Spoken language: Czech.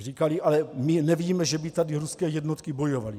Říkali: Ale my nevíme, že by tady ruské jednotky bojovaly.